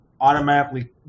automatically